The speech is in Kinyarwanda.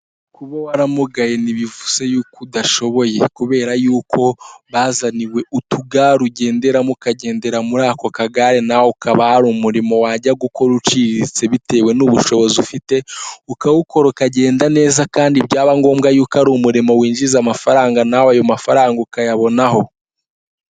Kuba waramugaye ntibivuze yuko udashoboye kubera y'uko mwazaniwe utuga ugenderamo ukagendera muri ako kagare nawe ukaba hari umurimo wajya gukora uciriritse bitewe n'ubushobozi ufite ukawukora kagenda neza kandi byaba ngombwa y'uko ari umurimo winjiza amafaranga nawe ayo mafaranga ukayabonaho.